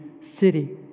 city